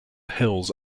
hills